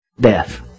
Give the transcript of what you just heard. death